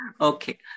Okay